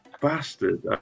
bastard